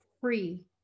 free